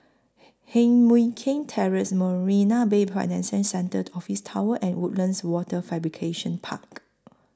Heng Mui Keng Terrace Marina Bay Centre Office Tower and Woodlands Wafer Fabrication Park